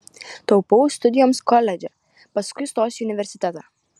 taupau studijoms koledže paskui stosiu į universitetą